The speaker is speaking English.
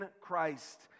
Christ